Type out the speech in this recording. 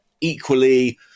Equally